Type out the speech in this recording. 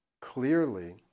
clearly